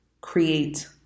Create